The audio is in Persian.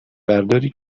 برداری